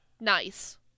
nice